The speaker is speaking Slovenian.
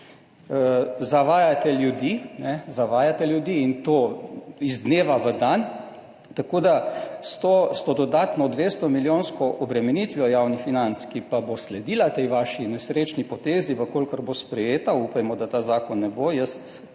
zavajate ljudi, in to iz dneva v dan. Tako da s to dodatno 200-milijonsko obremenitvijo javnih financ, ki pa bo sledila tej vaši nesrečni potezi, če bo sprejeta, upajmo, da ta zakon ne bo, jaz